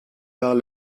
par